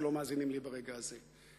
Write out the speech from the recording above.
שלא מאזינים לי ברגע הזה.